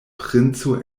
princo